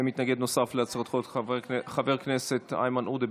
מתנגד נוסף להצעות החוק, חבר הכנסת איימן עודה.